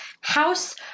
house